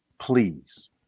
please